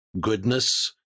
goodness